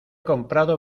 comprado